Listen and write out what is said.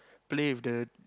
play with the